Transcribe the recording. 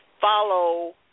follow